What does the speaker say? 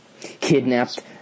Kidnapped